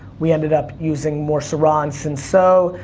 we ended up using more syrah and cinsaut. so